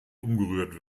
umgerührt